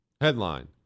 Headline